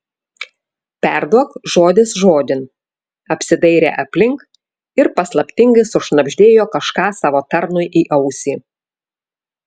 perduok žodis žodin apsidairė aplink ir paslaptingai sušnabždėjo kažką savo tarnui į ausį